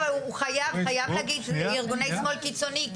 אבל הוא חייב להגיד שזה ארגוני שמאל קיצוני.